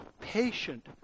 patient